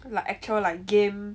like actual like game